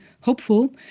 hopeful